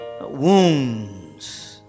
Wounds